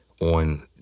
on